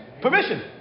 Permission